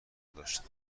داشت